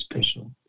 special